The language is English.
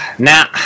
Now